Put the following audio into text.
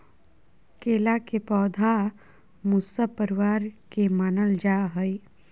केला के पौधा मूसा परिवार के मानल जा हई